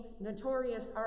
notorious